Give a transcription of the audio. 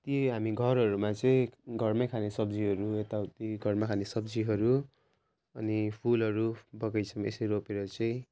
त्यही हामी घरहरूमा चाहिँ घरमै खाने सब्जीहरू यताउती घरमा खाने सब्जीहरू अनि फुलहरू बगैँचामा यसै रोपेर चाहिँ